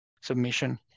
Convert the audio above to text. submission